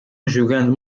jogando